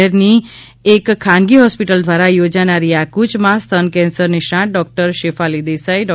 શહેરની એક ખાનગી હોસ્પિટલ દ્વારા યોજાનારી આ કૂચમાં સ્તન કેન્સર નિષ્ણાંત ડોક્ટર શેફાલી દેસાઇ ડો